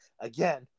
Again